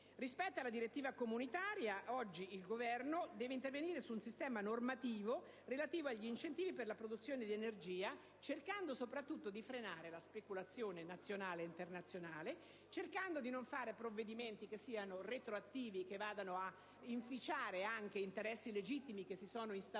Rispetto alla direttiva comunitaria, l'Esecutivo oggi deve intervenire sul sistema normativo relativo agli incentivi per la produzione di energia, cercando soprattutto di frenare la speculazione nazionale e internazionale e cercando di non varare provvedimenti retroattivi che vadano anche a inficiare interessi legittimi che si sono instaurati: